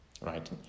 right